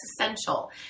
essential